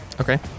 Okay